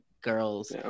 Girls